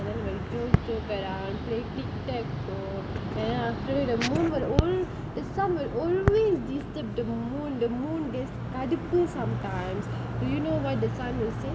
then when தூள் தூக்குறா:thool thookuraa play TikTok so then after that the moon got old the sun will always disturb the moon the moon கடுப்பு:kaduppu sometimes do you know what the sun will say